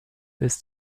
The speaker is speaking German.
ist